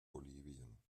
bolivien